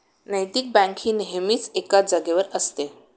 नैतिक बँक ही नेहमीच एकाच जागेवर असते